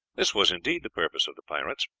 this was, indeed, the purpose of the pirates.